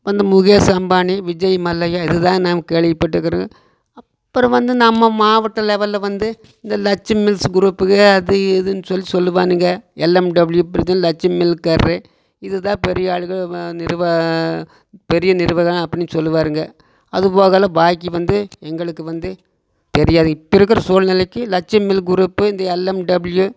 அந்த முகேஷ் அம்பானி விஜய் மல்லையா இதுதான் நாம் கேள்விப்பட்டுருக்கறோம் அப்புறம் வந்து நம்ம மாவட்ட லெவலில் வந்து இந்த லட்சுமி மில்ஸ் குரூப்புகள் அது இதுன்னு சொல்லி சொல்லுவானுங்க எல்எம்டபுள்யூ பிரி இது லட்சுமி மில்காரரு இதுதான் பெரிய ஆளுகள் வா நிறுவா பெரிய நிறுவனம் அப்படின்னு சொல்லுவாருங்கள் அதுபோகலை பாக்கி வந்து எங்களுக்கு வந்து தெரியாது இப்போ இருக்கிற சூழ்நிலைக்கு லட்சுமி மில் குரூப்பு இந்த எல்எம்டபுள்யூ